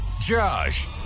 Josh